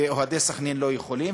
ואוהדי "סח'נין" לא יכולים,